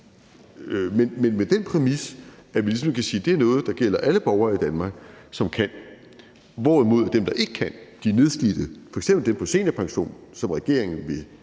være med den præmis, at vi ligesom kan sige, at det er noget, der gælder alle borgere i Danmark, som kan, hvorimod dem, der ikke kan – de nedslidte, f.eks. dem på seniorpension, som regeringen vil